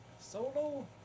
Solo